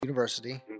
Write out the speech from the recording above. university